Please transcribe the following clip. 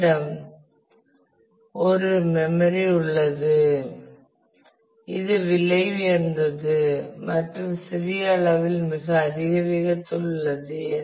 எங்களிடம் ஒரு மெம்மரி உள்ளது இது விலை உயர்ந்தது மற்றும் சிறிய அளவில் மிக அதிக வேகத்தில் உள்ளது